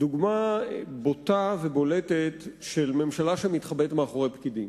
דוגמה בוטה ובולטת של ממשלה שמתחבאת מאחורי פקידים.